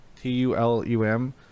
T-U-L-U-M